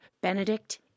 Benedict